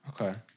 Okay